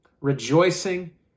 Rejoicing